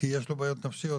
כי יש לו בעיות נפשיות,